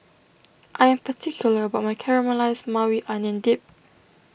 I am particular about my Caramelized Maui Onion Dip